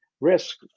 risk